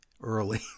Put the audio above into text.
early